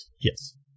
Yes